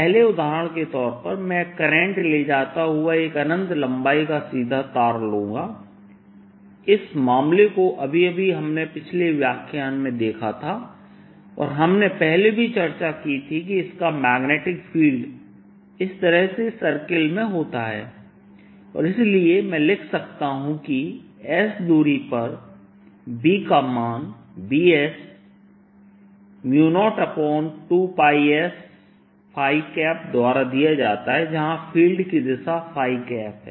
पहले उदाहरण के तौर पर मैं करंट ले जाता हुआ एक अनंत लंबाई का सीधा तार लूंगा इस मामले को अभी अभी हमने पिछले व्याख्यान में देखा था और हमने पहले भी चर्चा की थी कि इसका मैग्नेटिक फ़ील्ड इस तरह से सर्कल में होता है और इसलिए मैं लिख सकता हूं कि s दूरी पर B का मान Bs0I2πs द्वारा दिया जाता है जहां फील्ड की दिशा है